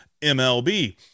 MLB